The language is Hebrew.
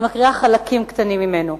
אני מקריאה חלקים קטנים ממנו: